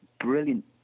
brilliant